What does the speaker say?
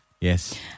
Yes